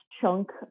chunk